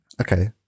Okay